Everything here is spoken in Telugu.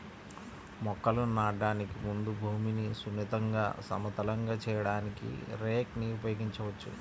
మొక్కలను నాటడానికి ముందు భూమిని సున్నితంగా, సమతలంగా చేయడానికి రేక్ ని ఉపయోగించవచ్చు